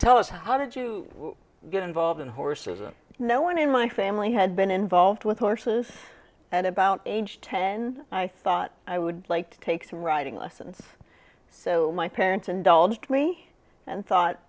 tell us how did you get involved in horses and no one in my family had been involved with horses and about age ten i thought i would like to take some riding lessons so my parents indulged me and thought